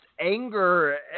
anger